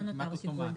זה כמעט אוטומטי.